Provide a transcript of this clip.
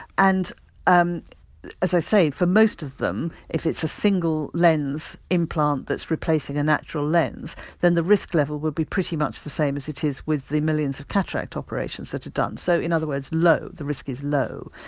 and um as i say, for most of them if it's a single lens implant that's replacing a natural lens then the risk level would be pretty much the same as it is with the millions of cataract operations that are done. so, in other words, low, the risk is low.